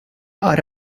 are